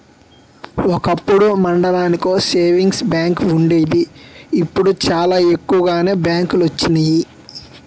ఒకప్పుడు మండలానికో savings bank వుండేది ఇప్పుడు చాలా ఎక్కువగానే బ్యాంకులొచ్చినియి